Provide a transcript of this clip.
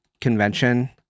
convention